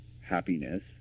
happiness